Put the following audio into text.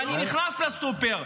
ואני נכנס לסופר,